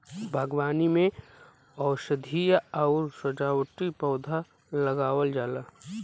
बागवानी में औषधीय आउर सजावटी पौधा लगावल जाला